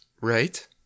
right